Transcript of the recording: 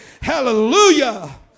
Hallelujah